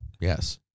yes